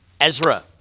Ezra